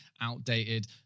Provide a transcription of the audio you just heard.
outdated